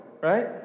right